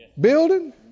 Building